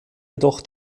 jedoch